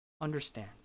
understand